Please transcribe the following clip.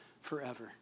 forever